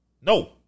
No